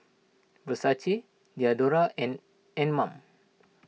Versace Diadora and Anmum